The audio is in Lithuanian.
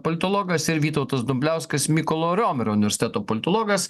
politologas ir vytautas dumbliauskas mykolo riomerio universiteto politologas